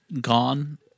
Gone